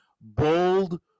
bold